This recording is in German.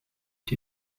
die